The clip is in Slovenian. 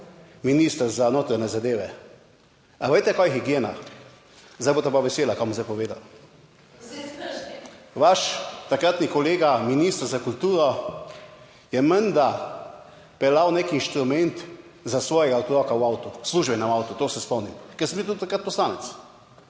minister za notranje zadeve. A veste kaj je higiena? Zdaj bosta pa vesela kaj bom zdaj povedal. Vaš takratni kolega minister za kulturo je menda peljal nek inštrument za svojega otroka v avtu, v službenem avtu, to se spomnim, ker sem bil tudi takrat poslanec.